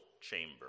chamber